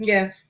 Yes